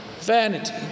vanity